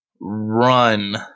run